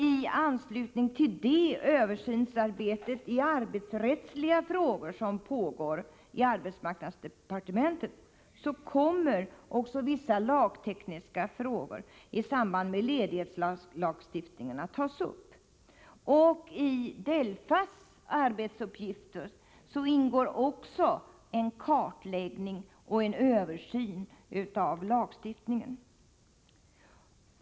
I anslutning till det översynsarbete i arbetsrättsliga frågor som pågår i arbetsmarknadsdepartementet kommer även vissa lagtekniska frågor i samband med ledighetslagstiftningen att tas upp. I DELFA:s arbetsuppgifter ingår också att göra en kartläggning och en översyn av lagstiftningen.